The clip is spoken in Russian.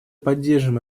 поддержим